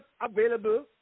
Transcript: available